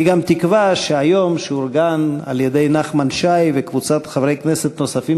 אני גם מקווה שהיום שאורגן על-ידי נחמן שי וחברי כנסת נוספים,